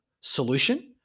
solution